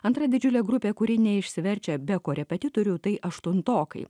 antra didžiulė grupė kuri neišsiverčia be korepetitorių tai aštuntokai